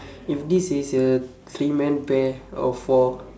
if this is a three man pair or four